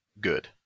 good